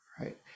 Right